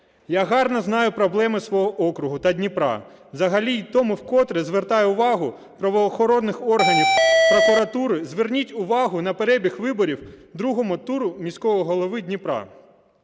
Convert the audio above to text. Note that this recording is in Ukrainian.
Я гарно знаю проблеми свого округу та Дніпра взагалі, і тому вкотре звертаю увагу правоохоронних органів прокуратури: зверніть увагу на перебіг виборів в другому турі міського голови Дніпра.